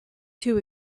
too